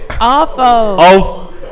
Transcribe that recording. Off